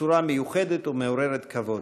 בצורה מיוחדת ומעוררת כבוד.